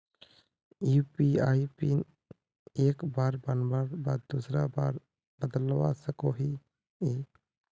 UPI PIN एक बार बनवार बाद दूसरा बार बदलवा सकोहो ही?